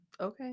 Okay